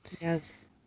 yes